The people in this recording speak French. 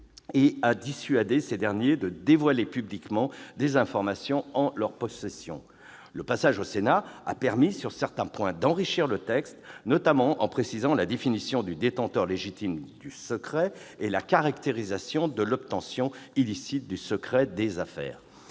et à dissuader ceux-ci de dévoiler publiquement des informations en leur possession. Le passage au Sénat a permis d'enrichir certains aspects du texte, notamment en précisant la définition du détenteur légitime du secret et la caractérisation de l'obtention illicite du secret des affaires.